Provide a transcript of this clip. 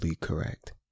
correct